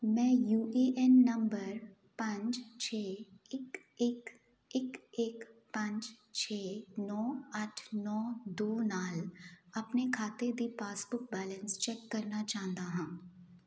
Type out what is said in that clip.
ਮੈਂ U A N number ਪੰਜ ਛੇ ਇੱਕ ਇੱਕ ਇੱਕ ਇੱਕ ਪੰਜ ਛੇ ਨੌਂ ਅੱਠ ਨੌਂ ਦੋ ਨਾਲ ਆਪਣੇ ਖਾਤੇ ਦੀ ਪਾਸਬੁੱਕ ਬੈਲੇਂਸ ਚੈੱਕ ਕਰਨਾ ਚਾਹੁੰਦਾ ਹਾਂ